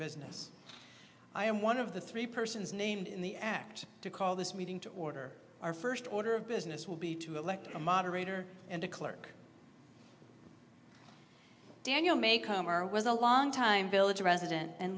business i am one of the three persons named in the act to call this meeting to order our first order of business will be to elect a moderator and a clerk daniel may come or was a long time village resident and